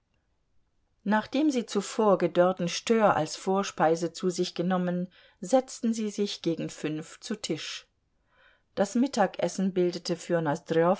nachdem sie zuvor gedörrten stör als vorspeise zu sich genommen setzten sie sich gegen fünf zu tisch das mittagessen bildete für